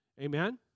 Amen